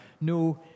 no